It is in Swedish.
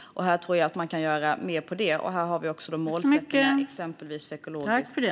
Jag tror att man kan göra mer av det. I strategin finns det också målsättningar för exempelvis ekologiskt.